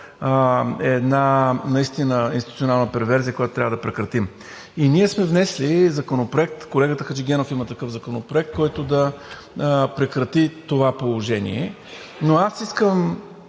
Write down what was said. е една наистина институционална перверзия, която трябва да прекратим. Ние сме внесли Законопроект, колегата Хаджигенов има такъв законопроект, който да прекрати това положение. Но аз искам